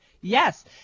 Yes